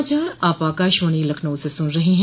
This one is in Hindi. यह समाचार आप आकाशवाणी लखनऊ से सुन रहे हैं